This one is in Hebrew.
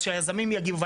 אז שהיזמים יגיבו,